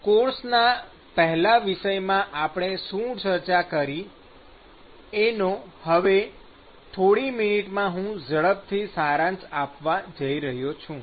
કોર્સના પહેલા વિષયમાં આપણે શું ચર્ચા કરી એનો હવે થોડી મિનિટોમાં હું ઝડપથી સારાંશ આપવા જઈ રહ્યો છુ